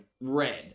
red